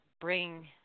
bring